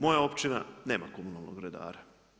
Moja općina nema komunalnog redara.